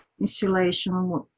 insulation